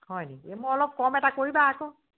হয় নেকি মই অলপ কম এটা কৰিবা আকৌ